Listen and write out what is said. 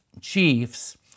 chiefs